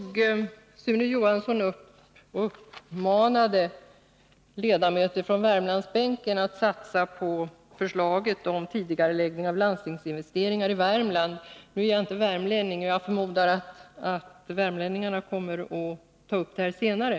Sune Johansson uppmanade ledamöter på Värmlandsbänken att rösta på förslaget om tidigareläggning av landstingsinvesteringar i Värmland. Jag förmodar att värmlänningarna kommer att ta upp det här senare.